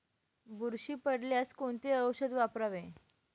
बुरशी पडल्यास कोणते औषध वापरावे?